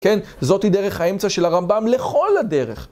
כן? זאתי דרך האמצע של הרמב״ם לכל הדרך.